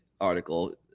article